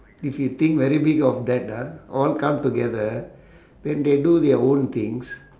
if you think very big of that ah all come together then they do their own things